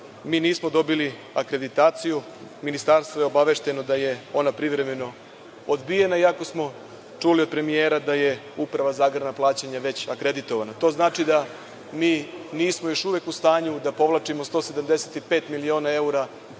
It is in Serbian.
mi nismo dobili akreditaciju. Ministarstvo je obavešteno da je ona privremeno odbijena, i ako smo čuli od premijera da je Uprava za agrarna plaćanja već akreditovana. To znači da mi nismo još uvek u stanju da povlačimo 175 miliona evra